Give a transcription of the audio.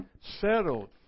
settled